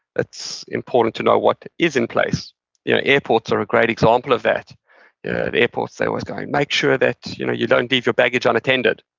it's important to know what is in place you know airports are a great example of that. at airports, they're always going, make sure that you know you don't leave your baggage unattended,